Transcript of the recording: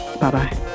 Bye-bye